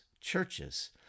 churches